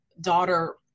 daughter